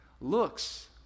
looks